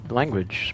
language